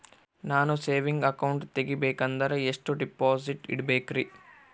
ನಾನು saving account ತೆಗಿಬೇಕಂದರ ಎಷ್ಟು ಡಿಪಾಸಿಟ್ ಇಡಬೇಕ್ರಿ?